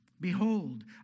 Behold